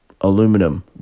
Aluminum